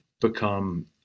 become